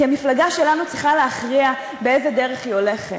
כי המפלגה שלנו צריכה להכריע באיזו דרך היא הולכת.